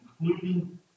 including